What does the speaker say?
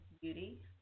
Beauty